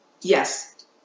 Yes